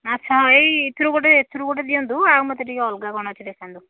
ଆଚ୍ଛା ହଉ ମୋତେ ଏଇ ଏଥିରୁ ଗୋଟେ ଏଥିରୁ ଗୋଟେ ଦିଅନ୍ତୁ ଆଉ ମୋତେ ଟିକିଏ ଅଲଗା କ'ଣ ଅଛି ଦେଖାନ୍ତୁ